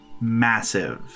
massive